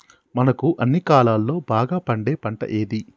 మనకు అన్ని కాలాల్లో బాగా పండే పంట ఏది?